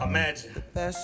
Imagine